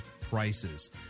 prices